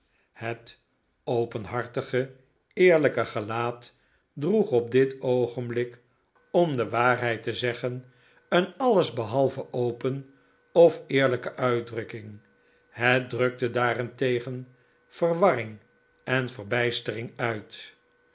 het openhartige eerlijke gelaat droeg op dit oogenblik om de waarheid te zeggen een allesbehalve open of eerlijke uitdrukking het drukte daarentegen verwarring en verbijstering uit